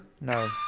No